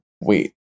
wait